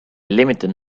limited